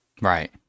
Right